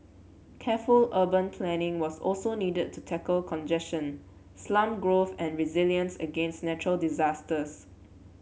careful urban planning was also needed to tackle congestion slum growth and resilience against natural disasters